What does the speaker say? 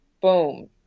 Boom